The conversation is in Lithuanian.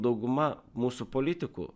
dauguma mūsų politikų